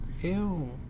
Ew